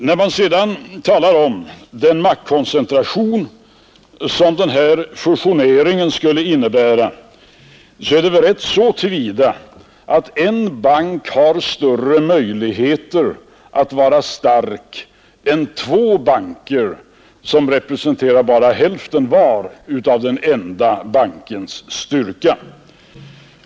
När det talas om den maktkoncentration som den här fusioneringen skulle innebära, så är det väl rätt så till vida att en bank har större möjligheter att vara stark än två banker som representerar bara hälften var av den enda bankens styrka.